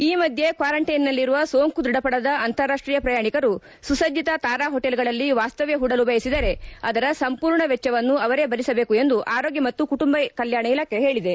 ಈ ಮಧ್ಯೆ ಕ್ವಾರಂಟೈನ್ನಲ್ಲಿರುವ ಸೋಂಕು ದೃಢಪಡದ ಅಂತಾರಾಷ್ಟೀಯ ಪ್ರಯಾಣಿಕರು ಸುಸಜ್ಜತ ತಾರಾ ಹೊಟೇಲ್ಗಳಲ್ಲಿ ವಾಸ್ತವ್ದ ಹೂಡಲು ಬಯಸಿದರೆ ಅದರ ಸಂಪೂರ್ಣ ವೆಜ್ವವನ್ನು ಅವರೇ ಭರಿಸಬೇಕು ಎಂದು ಆರೋಗ್ಡ ಮತ್ತು ಕುಟುಂಬ ಕಲ್ಕಾಣ ಇಲಾಖೆ ಹೇಳಿದೆ